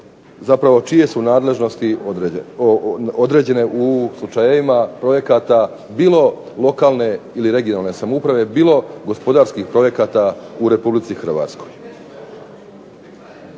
zapravo čije su nadležnosti određene u slučajevima projekata bilo lokalne ili regionalne samouprave, bilo gospodarskih projekata u Republici Hrvatskoj.